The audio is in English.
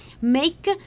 make